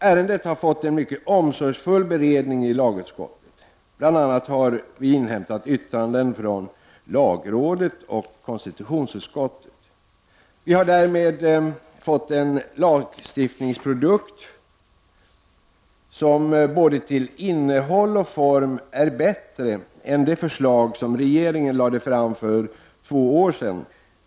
Ärendet har fått en mycket omsorgsfull beredning i lagutskottet, bl.a. har vi inhämtat yttranden från både lagrådet och konstitutionsutskottet. Vi har därmed fått en lagstiftningsprodukt som både till innehåll och form är bättre än det förslag som regeringen lade fram för två år sedan.